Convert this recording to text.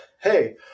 Hey